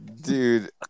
Dude